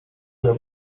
there